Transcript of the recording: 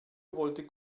wollte